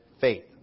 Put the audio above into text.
faith